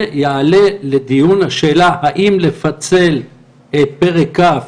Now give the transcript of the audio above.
תעלה לדיון השאלה האם לפצל את פרק כ',